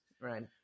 Right